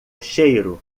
cheiro